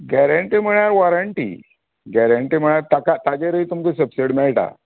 guarantee मयार warranty guarantee म्हळ्यार ताका ताजेरय तुमका सब्सिडी मेळटा